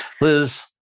Liz